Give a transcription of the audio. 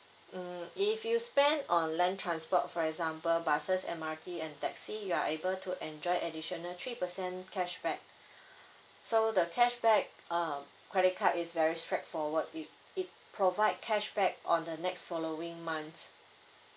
mm if you spend on land transport for example buses M_R_T and taxi you are able to enjoy additional three percent cashback so the cashback uh credit card is very straightforward it~ it provide cashback on the next following months